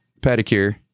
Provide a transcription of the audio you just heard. pedicure